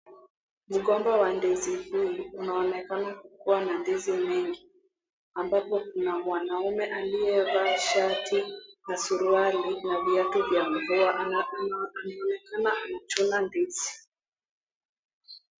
Mgomba wa ndizi hii, unaonekana kukuwa na mandizi mengi ambapo kuna mwanaume aliyevaa shati na suruali na viatu vya mvua. Ni kama anachuna ndizi.